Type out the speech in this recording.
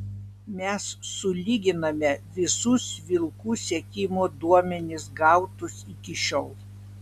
mes sulyginame visus vilkų sekimo duomenis gautus iki šiol